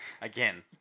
Again